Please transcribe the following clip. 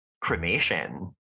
cremation